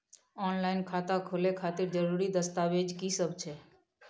Online खाता खोले खातिर जरुरी दस्तावेज की सब छै?